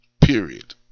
period